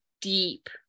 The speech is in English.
deep